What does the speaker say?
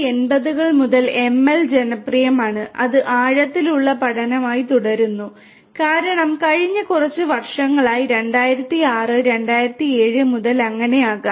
1980 കൾ മുതൽ ML ജനപ്രിയമാണ് അത് ആഴത്തിലുള്ള പഠനമായി തുടരുന്നു കാരണം കഴിഞ്ഞ കുറച്ച് വർഷങ്ങളായി 2006 2007 മുതൽ അങ്ങനെയാകാം